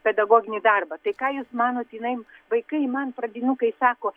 pedagoginį darbą tai ką jūs manot jinai vaikai man pradinukai sako